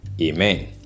Amen